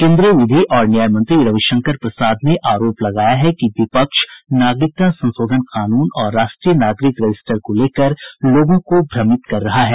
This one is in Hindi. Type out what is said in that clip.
केन्द्रीय विधि और न्याय मंत्री रविशंकर प्रसाद ने आरोप लगाया है कि विपक्ष नागरिकता संशोधन कानून और राष्ट्रीय नागरिक रजिस्टर को लेकर लोगों को भ्रमित कर रहा है